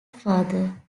father